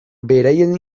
beraien